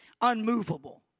unmovable